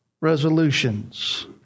resolutions